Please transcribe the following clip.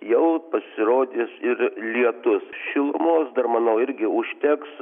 jau pasirodys ir lietus šilumos dar manau irgi užteks